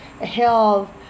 health